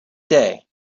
day